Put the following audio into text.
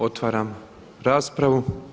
Otvaram raspravu.